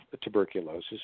tuberculosis